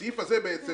הסעיף הזה מתייחס